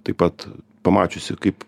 taip pat pamačiusi kaip